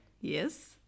Yes